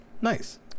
Nice